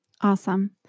Awesome